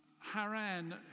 Haran